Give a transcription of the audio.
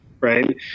Right